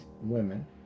women